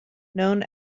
known